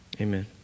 Amen